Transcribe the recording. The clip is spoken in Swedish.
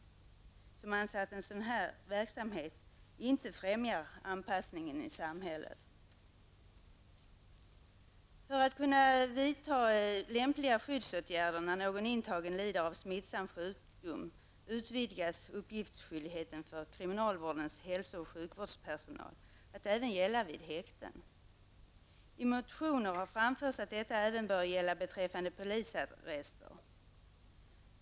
Miljöpartiet anser att en sådan verksamhet inte främjar anpassningen till samhället. För att kunna vidta lämpliga skyddsåtgärder när någon intagen lider av smittsam sjukdom utvidgas uppgiftsskyldigheten för kriminalvårdens hälsooch sjukvårdspersonal att även gälla vid häkten. I motioner har framförts att detta även bör gälla beträffande polisarrester.